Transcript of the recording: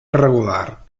regular